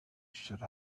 should